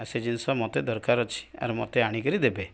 ଆଉ ସେ ଜିନିଷ ମୋତେ ଦରକାର ଅଛି ଆର୍ ମୋତେ ଆଣିକିରି ଦେବେ